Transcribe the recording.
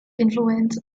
influence